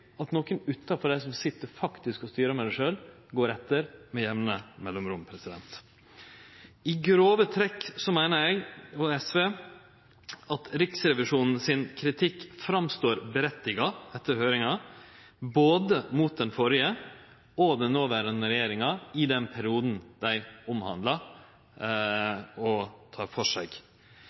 at nokon andre, utanfor dei som sjølve sit og styrer med det, går etter med jamne mellomrom. I grove trekk meiner eg og SV at Riksrevisjonens kritikk etter høyringa synest å vere rett mot både den førre og den noverande regjeringa i den perioden som rapporten handlar om og tek føre seg.